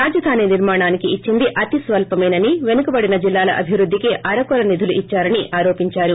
రాజధాని నిర్మాణానికి ఇచ్చింది అతి స్వల్పమేనని పెనుకబడిన జిల్లాల అభివృద్దికి అరకొర నిధులు ఇచ్చారని ఆరోపించారు